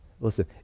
listen